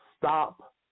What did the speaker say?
stop